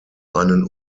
einen